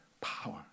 power